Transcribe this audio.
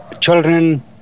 children